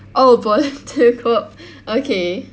oh volunteer corp okay